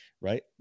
right